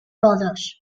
rodes